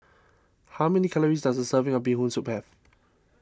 how many calories does a serving of Bee Hoon Soup have